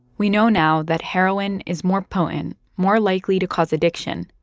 we know now that heroin is more potent, more likely to cause addiction,